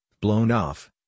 blown-off